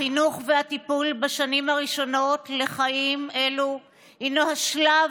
החינוך והטיפול בשנים הראשונות לחיים הם השלב